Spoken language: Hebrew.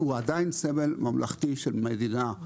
והוא עדיין, סמל ממלכתי של מדינה.